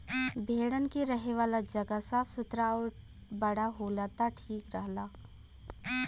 भेड़न के रहे वाला जगह साफ़ सुथरा आउर बड़ा होला त ठीक रहला